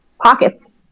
Pockets